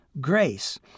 grace